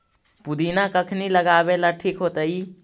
पुदिना कखिनी लगावेला ठिक होतइ?